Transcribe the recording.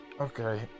Okay